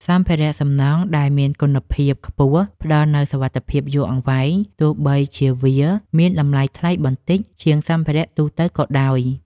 សម្ភារៈសំណង់ដែលមានគុណភាពខ្ពស់ផ្តល់នូវសុវត្ថិភាពយូរអង្វែងទោះបីជាវាមានតម្លៃថ្លៃបន្តិចជាងសម្ភារៈទូទៅក៏ដោយ។